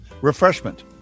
refreshment